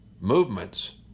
movements